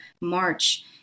March